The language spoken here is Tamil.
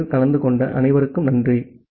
இந்த வகுப்பில் கலந்து கொண்ட அனைவருக்கும் நன்றி